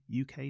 UK